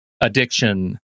addiction